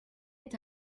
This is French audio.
est